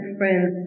friends